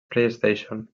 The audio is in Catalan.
playstation